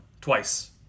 Twice